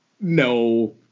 No